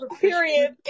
Period